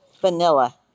vanilla